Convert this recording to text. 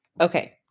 Okay